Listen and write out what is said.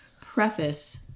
preface